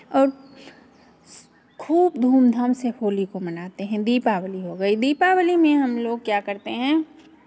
और खूब धूमधाम से होली को मनाते हैं दीपावली हो गयी दीपावली में हमलोग क्या करते हैं